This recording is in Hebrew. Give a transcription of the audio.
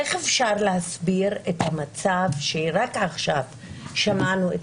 איך אפשר להסביר את המצב שרק עכשיו שמענו את